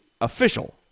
official